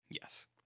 Yes